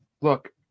look